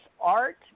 art